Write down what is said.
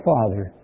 Father